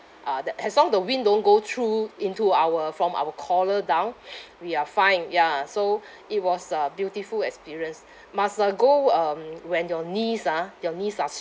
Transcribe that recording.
uh the as long the wind don't go through into our from our collar down we are fine ya so it was a beautiful experience must uh go um when your knees ah your knees are